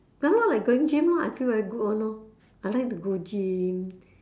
ya lor like going gym lor I feel very good [one] lor I like to go gym